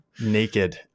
Naked